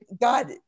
God